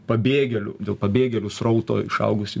pabėgėlių dėl pabėgėlių srauto išaugusį